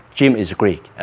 jim is greek.